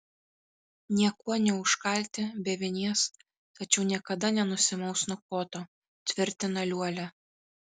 niekuo neužkalti be vinies tačiau niekada nenusimaus nuo koto tvirtina liuolia